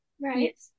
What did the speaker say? Right